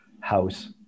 house